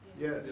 Yes